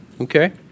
okay